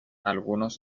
algunos